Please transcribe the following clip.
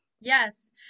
Yes